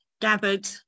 gathered